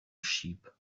sheep